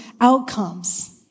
outcomes